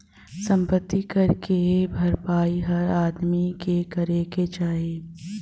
सम्पति कर के भरपाई हर आदमी के करे क चाही